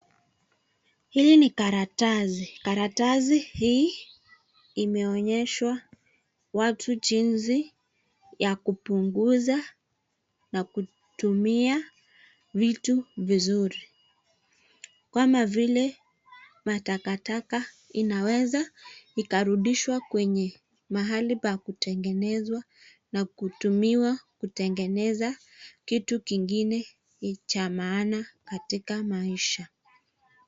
Hili ni karatasi. Karatasi hii imeonyeshwa watu jinsi ya kupunguza na kutumia vitu vizuri. Kama vile matakataka inaweza ikarudishwa kwenye mahali pa kutengenezwa na kutumiwa kutengeneza kitu kingine cha maana katika maisha.